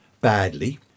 badly